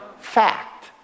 fact